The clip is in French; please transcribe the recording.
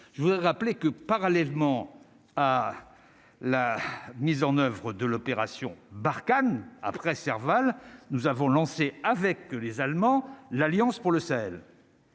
je voudrais rappeler que parallèlement à la mise en oeuvre de l'opération Barkhane après Serval, nous avons lancé avec les Allemands, l'Alliance pour le Sahel.